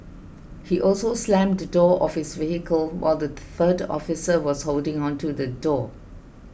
he also slammed the door of his vehicle while the third officer was holding onto the door